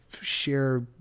share